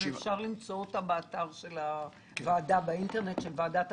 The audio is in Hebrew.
אפשר למצוא אותה באתר של ועדת החקירה.